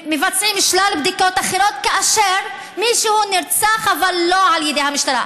מבצעים שלל בדיקות אחרות כאשר מישהו נרצח אבל לא על ידי המשטרה.